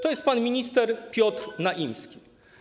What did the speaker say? To jest pan minister Piotr Naimski.